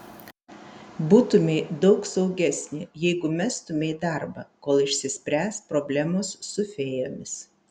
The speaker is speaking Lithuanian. būtumei daug saugesnė jeigu mestumei darbą kol išsispręs problemos su fėjomis